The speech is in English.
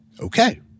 okay